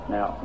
Now